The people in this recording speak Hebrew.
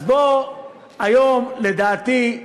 אז היום, לדעתי,